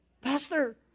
Pastor